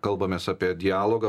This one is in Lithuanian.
kalbamės apie dialogą